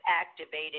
activated